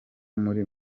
muri